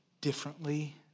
differently